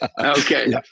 Okay